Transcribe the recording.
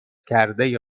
کرده